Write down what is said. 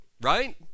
right